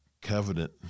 covenant